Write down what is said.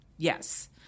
Yes